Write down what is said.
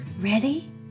Ready